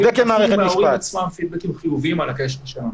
מההורים עצמם פידבקים חיוביים על הקשר אתם.